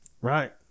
Right